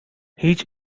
هیچ